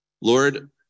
Lord